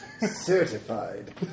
Certified